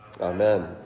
Amen